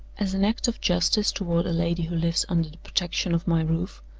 as an act of justice toward a lady who lives under the protection of my roof,